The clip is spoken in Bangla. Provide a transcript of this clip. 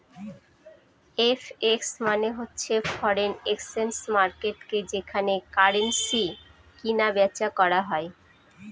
এফ.এক্স মানে হচ্ছে ফরেন এক্সচেঞ্জ মার্কেটকে যেখানে কারেন্সি কিনা বেচা করা হয়